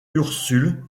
ursule